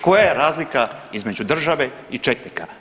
Koja je razlika između države i četnika?